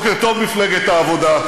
בוקר טוב, מפלגת העבודה.